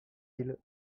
île